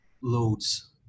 loads